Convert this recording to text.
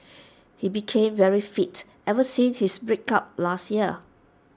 he became very fit ever since his break up last year